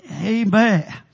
Amen